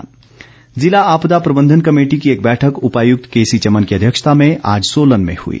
आपदा प्रशिक्षण जिला आपदा प्रबंधन कमेटी की एक बैठक उपायुक्त केसीचमन की अध्यक्षता में आज सोलन में हुई